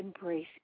embrace